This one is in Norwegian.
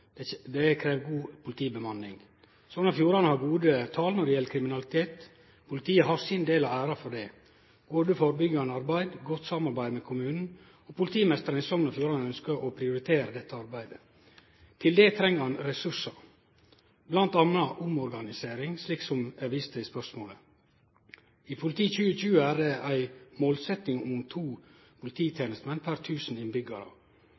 Det krev god politibemanning. Sogn og Fjordane har gode tal når det gjeld kriminalitet. Politiet har sin del av æra for det – både førebyggjande arbeid og godt samarbeid med kommunen. Politimeisteren i Sogn og Fjordane ønskjer å prioritere dette arbeidet. Til det treng han ressursar, bl.a. omorganisering, slik som det er vist til i spørsmålet. I Politi 2020 er det ei målsetjing om to